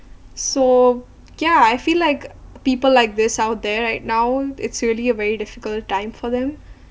so ya I feel like people like this out there right now it's really a very difficult time for them